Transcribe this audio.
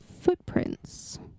footprints